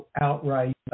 outright